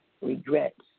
Regrets